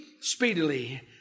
speedily